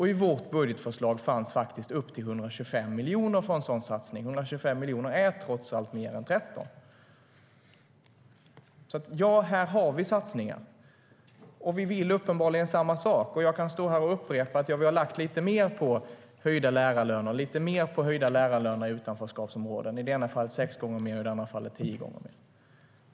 I vårt budgetförslag fanns faktiskt upp till 125 miljoner för en sådan satsning, och 125 miljoner är trots allt mer än 13.Ja, här har vi satsningar, och vi vill uppenbarligen samma sak. Jag kan stå här och upprepa: Vi har lagt lite mer på höjda lärarlöner, lite mer på höjda lärarlöner i utanförskapsområden, i det ena fallet sex gånger mer och i det andra fallet tio gånger mer.